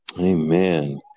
Amen